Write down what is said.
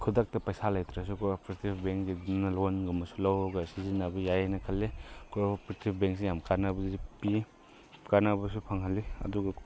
ꯈꯨꯗꯛꯇ ꯄꯩꯁꯥ ꯂꯩꯇ꯭ꯔꯁꯨꯀꯣ ꯀꯣ ꯑꯣꯄꯔꯦꯇꯤꯕ ꯕꯦꯡꯛꯒꯤꯗꯨꯅ ꯂꯣꯟꯒꯨꯝꯕꯁꯨ ꯂꯧꯔꯒ ꯁꯤꯖꯤꯟꯅꯕ ꯌꯥꯏ ꯍꯥꯏꯅ ꯈꯜꯂꯦ ꯑꯩꯈꯣꯏ ꯑꯣꯄꯔꯦꯇꯤꯕ ꯕꯦꯡꯛꯁꯦ ꯌꯥꯝ ꯀꯥꯟꯅꯕꯁꯨ ꯄꯤ ꯀꯥꯟꯅꯕꯁꯨ ꯐꯪꯍꯜꯂꯤ ꯑꯗꯨꯒ